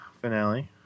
Finale